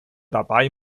dabei